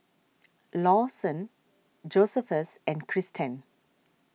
Lawson Josephus and Christen